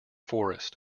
forest